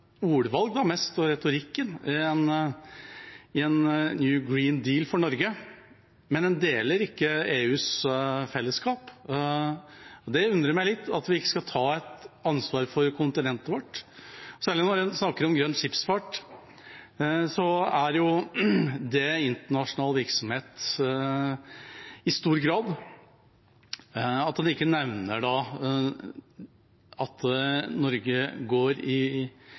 mest retorikken, i en Green New Deal for Norge, men en deler ikke EUs fellesskap. Det undrer meg litt at vi ikke skal ta et ansvar for kontinentet vårt. Særlig når en snakker om grønn skipsfart, er jo det internasjonal virksomhet i stor grad. At en da ikke nevner at Norge går i